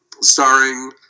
starring